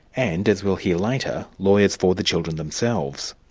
and as we'll hear later, lawyers for the children themselves.